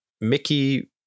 Mickey